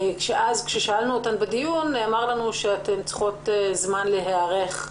אז כששאלנו אותן בדיון נאמר לנו שאתם צריכים זמן להיערך.